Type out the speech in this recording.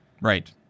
Right